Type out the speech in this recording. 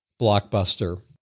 Blockbuster